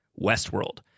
Westworld